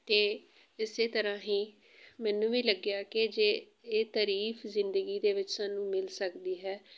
ਅਤੇ ਇਸੇ ਤਰ੍ਹਾਂ ਹੀ ਮੈਨੂੰ ਵੀ ਲੱਗਿਆ ਕਿ ਜੇ ਇਹ ਤਾਰੀਫ ਜ਼ਿੰਦਗੀ ਦੇ ਵਿੱਚ ਸਾਨੂੰ ਮਿਲ ਸਕਦੀ ਹੈ